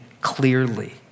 clearly